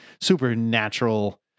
supernatural